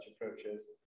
approaches